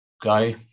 guy